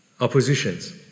oppositions